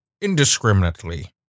indiscriminately